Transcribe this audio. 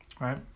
right